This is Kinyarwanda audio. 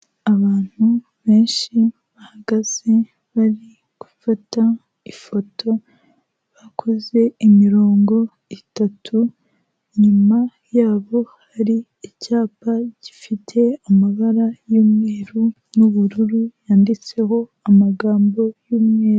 Abantu benshi bahagaze bari gufata ifoto, bakoze imirongo itatu, inyuma yabo hari icyapa gifite amabara y'umweru n'ubururu, yanditseho amagambo y'umweru.